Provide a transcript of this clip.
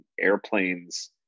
airplanes